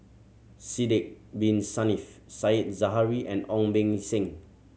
Sidek Bin Saniff Said Zahari and Ong Beng Seng